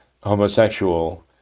homosexual